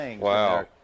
Wow